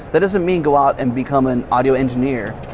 that doesn't mean go out and become an audio engineer,